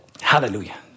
Hallelujah